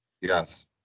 Yes